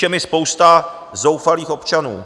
Píše mi spousta zoufalých občanů.